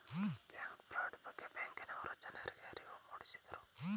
bank fraud ಬಗ್ಗೆ ಬ್ಯಾಂಕಿನವರು ಜನರಿಗೆ ಅರಿವು ಮೂಡಿಸಿದರು